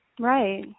Right